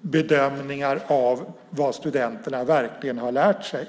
bedömningar av vad studenterna verkligen har lärt sig.